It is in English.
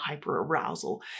hyperarousal